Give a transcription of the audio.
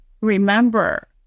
remember